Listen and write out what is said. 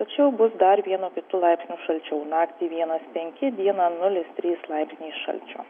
tačiau bus dar vienu kitu laipsniu šalčiau naktį vienas penki dieną nulis trys laipsniai šalčio